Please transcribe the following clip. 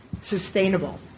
sustainable